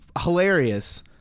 Hilarious